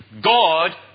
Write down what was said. God